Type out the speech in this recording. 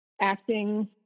acting